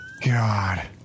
god